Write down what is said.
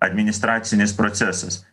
administracinis procesas